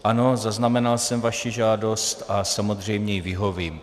Ano, zaznamenal jsem vaši žádost a samozřejmě jí vyhovím.